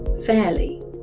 fairly